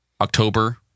October